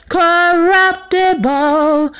corruptible